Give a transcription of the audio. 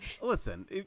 Listen